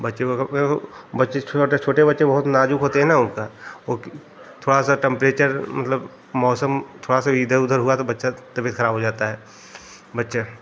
बच्चे को बच्चे छोटे छोटे बच्चे बहुत नाज़ुक होते हैं ना उनका वह कि थोड़ा सा टेम्परेचर मतलब मौसम थोड़ा सा भी इधर उधर हुआ तो बच्चे की तबियत खराब हो जाती है बच्चा